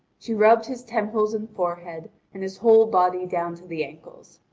she rubbed his temples and forehead, and his whole body down to the ankles.